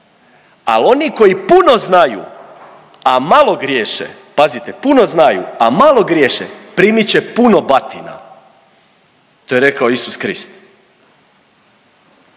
odgovornost ima veliku a malo griješi primit će puno batina. To je rekao Isus i to